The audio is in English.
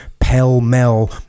pell-mell